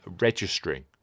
registering